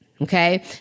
okay